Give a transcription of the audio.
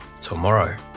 tomorrow